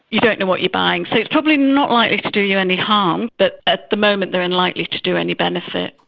you don't know what you're buying. so it's probably not likely to do you any harm, but at the moment they're unlikely to do any benefit.